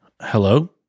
Hello